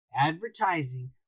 advertising